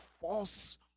false